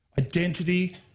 Identity